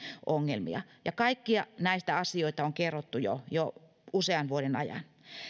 ongelmia ja kaikkia näitä asioita on kerrottu jo usean vuoden ajan